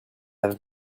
have